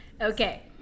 Okay